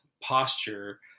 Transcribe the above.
posture